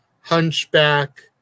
Hunchback